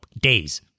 days